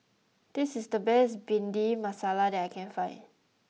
this is the best Bhindi Masala that I can find